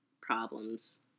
problems